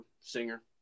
singer